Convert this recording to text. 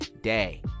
day